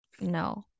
No